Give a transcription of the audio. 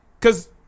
cause